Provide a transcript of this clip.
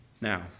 Now